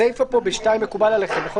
הסיפה פה ב-(2) מקובל עליכם, נכון?